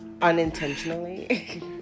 unintentionally